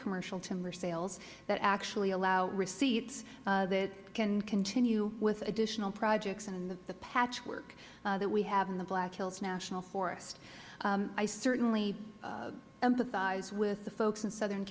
commercial timber sales that actually allow receipts that can continue with additional projects and the patchwork that we have in the black hills national forest i certainly empathize with the folks in southern